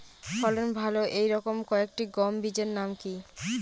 ফলন ভালো এই রকম কয়েকটি গম বীজের নাম কি?